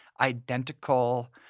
identical